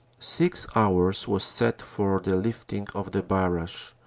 six hours was set for the lifting of the barrage,